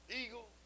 eagle